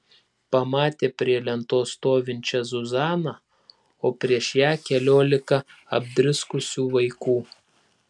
pamatė prie lentos stovinčią zuzaną o prieš ją keliolika apdriskusių vaikų